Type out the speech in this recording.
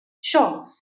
Sure